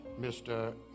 Mr